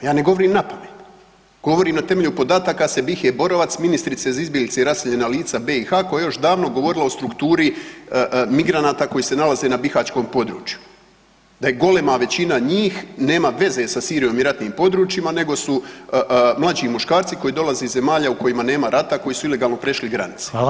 Ja ne govorim napamet, govorim na temelju podataka Semihe Borovac, ministrice za izbjeglice i raseljena lica BiH koja je još davno govorila o strukturi migranata koji se nalaze na Bihaćkom području, da golema većina njih nema veze sa Sirijom i ratnim područjima nego su mlađi muškarci koji dolaze iz zemalja u kojima nema rata, koji su ilegalno prešli granicu.